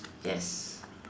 yes